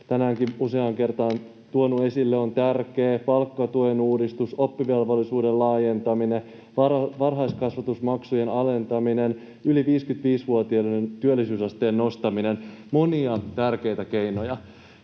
tänäänkin useaan kertaan tuonut esille, on tärkeä. Palkkatuen uudistus, oppivelvollisuuden laajentaminen, varhaiskasvatusmaksujen alentaminen, yli 55-vuotiaiden työllisyysasteen nostaminen — monia tärkeitä keinoja.